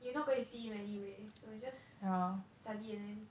you're not going to see him anyway so you just study and then